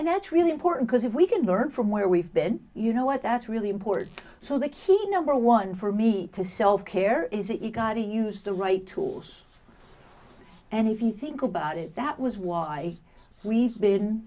and that's really important because if we can learn from where we've been you know what that's really important so the key number one for me to self care is that you got to use the right tools and if you think about it that was why we've been